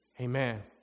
amen